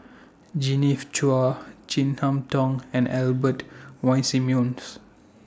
Genevieve Chua Chin Harn Tong and Albert Winsemius